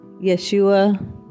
Yeshua